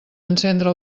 encendre